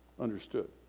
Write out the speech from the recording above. understood